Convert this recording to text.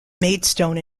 maidstone